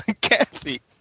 Kathy